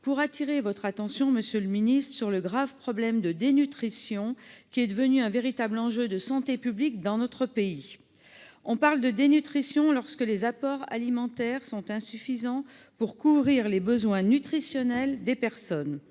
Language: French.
pour attirer votre attention, monsieur le ministre, sur le grave problème de dénutrition, qui est devenu un véritable enjeu de santé publique dans notre pays. On parle de dénutrition lorsque les apports alimentaires sont insuffisants pour couvrir les besoins nutritionnels des personnes.